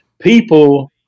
people